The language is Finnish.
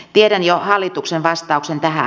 tiedän jo hallituksen vastauksen tähän